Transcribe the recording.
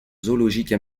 zoologique